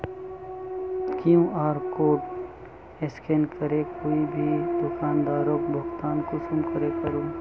QR code scan करे कोई भी दुकानदारोक भुगतान कुंसम करे करूम?